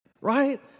right